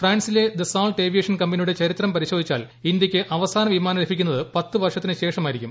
ഫ്രാൻസിലെ Dassault aviation കമ്പനിയുടെ ചരിത്രം പ്രിശോധിച്ചാൽ ഇന്ത്യക്ക് അവസാന വിമാനം ലഭിക്കുന്നത് പത്ത് വർഷത്തിന് ശേഷമായിരിക്കും